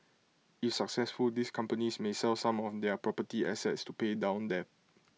if successful these companies may sell some of their property assets to pay down debt